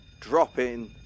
drop-in